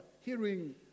hearing